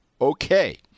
Okay